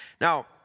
Now